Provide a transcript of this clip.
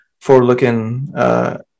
forward-looking